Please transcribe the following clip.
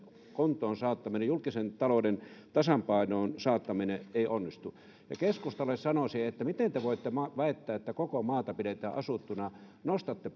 kuntoon saattaminen julkisen talouden tasapainoon saattaminen ei onnistu keskustalle sanoisin että miten te voitte väittää että koko maata pidetään asuttuna nostatte